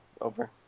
over